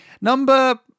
Number